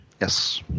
Yes